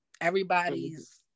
everybody's